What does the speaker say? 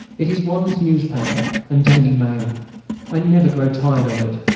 it is one's newspaper and daily mail i never grow tired of it.